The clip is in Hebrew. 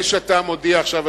זה שאתה מודיע עכשיו,